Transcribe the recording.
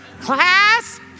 class